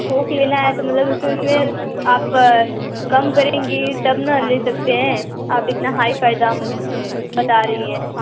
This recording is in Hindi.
थोक लेना है तो मतलब इसमें इसमें आप कम करेंगी तब ना ले सकते हैं आप इतना हाई फ़ाई दाम बता रही हैं